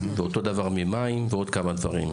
ואותו דבר ממים ועוד כמה דברים.